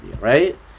right